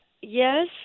Yes